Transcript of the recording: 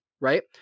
Right